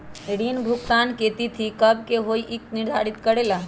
ऋण भुगतान की तिथि कव के होई इ के निर्धारित करेला?